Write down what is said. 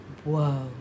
Whoa